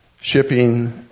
shipping